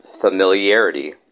Familiarity